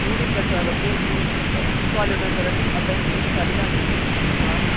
तू निं करी सकदा बच्चे तू इक्क तू काॅलेज निं आई सकदा प्ही असाईनमेंट में कैलूं लैनी बच्चे तूं सनाऽ